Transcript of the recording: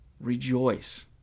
rejoice